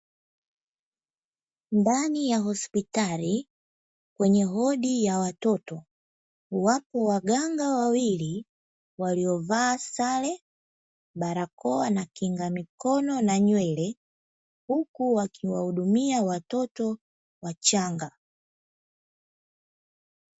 Ndani ya hospitali kwenye wodi ya watoto, wapo waganga wawili waliovaa sare, barakoa, na kinga mikono na nywele huku wakiwahudumia watoto wachanga.